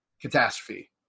catastrophe